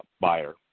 buyer